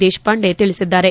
ದೇಶಪಾಂಡೆ ತಿಳಿಸಿದ್ದಾರೆ